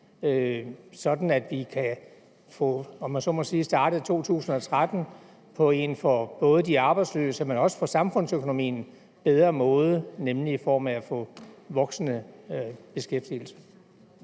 Så ville vi kunne få startet 2013 på en både for de arbejdsløse og for samfundsøkonomien bedre måde, nemlig i form af at få voksende beskæftigelse.